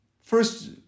first